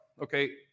Okay